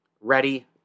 ready